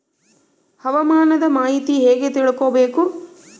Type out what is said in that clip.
ಹವಾಮಾನದ ಮಾಹಿತಿ ಹೇಗೆ ತಿಳಕೊಬೇಕು?